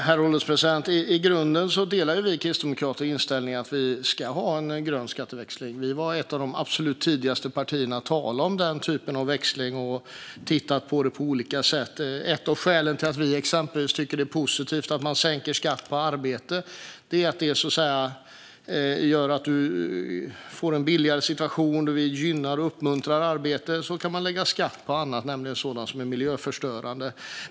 Herr ålderspresident! I grunden delar vi kristdemokrater inställningen att Sverige ska ha en grön skatteväxling. Vi var ett av de första partierna att tala om denna typ av växling, och vi har tittat på det på olika sätt. Ett av skälen till att vi tycker att det är positivt att sänka skatt på arbete är att löntagarna får mer pengar över, vilket uppmuntrar till och gynnar arbete. I stället kan man lägga skatt på sådant som är miljöförstörande.